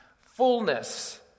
fullness